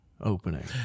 Opening